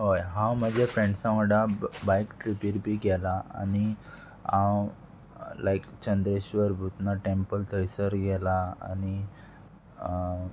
हय हांव म्हज्या फ्रेंड्सां वांगडा बायक ट्रिपीर बी गेलां आनी हांव लायक चंद्रेश्वर भुतन टँपल थंयसर गेलां आनी